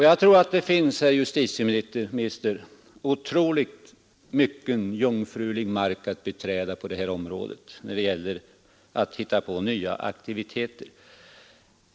Jag tror att det finns, herr justitieminister, otroligt mycken jungfrulig mark att beträda på det här området när det gäller att hitta på nya aktiviteter.